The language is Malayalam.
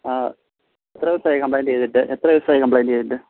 എത്ര ദിവസമായി കംപ്ലയിൻ്റ് ചെയ്തിട്ട് എത്ര ദിവസമായി കംപ്ലയിൻ്റ് ചെയ്തിട്ട്